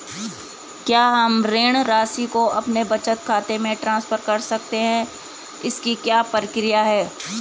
क्या हम ऋण राशि को अपने बचत खाते में ट्रांसफर कर सकते हैं इसकी क्या प्रक्रिया है?